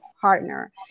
partner